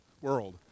world